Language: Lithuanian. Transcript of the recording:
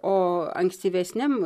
o ankstyvesniam